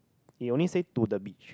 it only say to the beach